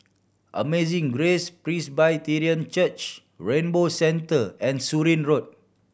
Amazing Grace Presbyterian Church Rainbow Centre and Surin Road